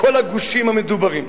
כל הגושים המדוברים.